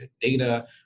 data